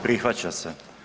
Prihvaća se.